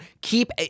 keep –